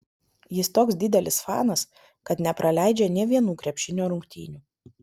jis toks didelis fanas kad nepraleidžia nė vienų krepšinio rungtynių